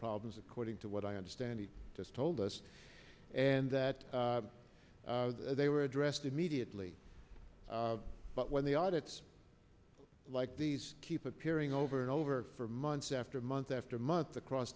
problems according to what i understand he just told us and that they were addressed immediately but when the audits like these keep appearing over and over for months after month after month across